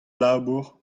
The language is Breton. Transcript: labour